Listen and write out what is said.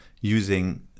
using